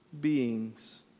beings